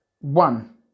One